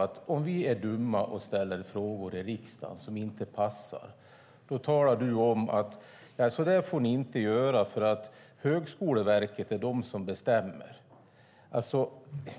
att vi är dumma och ställer frågor i riksdagen som inte passar. Då talar du om för oss: Så där får ni inte göra, för Högskoleverket är de som bestämmer!